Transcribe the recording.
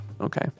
Okay